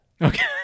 Okay